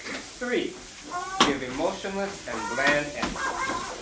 three giving emotionless and bland answers.